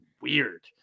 weird